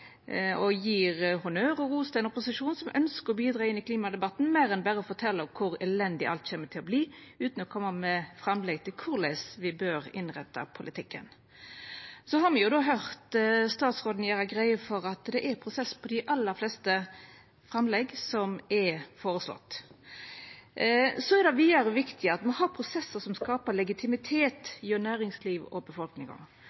honnør og ros til ein opposisjon som ønskjer å bidra i klimadebatten med meir enn berre å fortelja kor elendig alt kjem til å verta, utan å koma med framlegg til korleis me bør innretta politikken. Me har høyrt statsråden gjera greie for at det er ein prosess på dei aller fleste framlegga som er føreslått. Vidare er det viktig at me har prosessar som